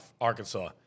Arkansas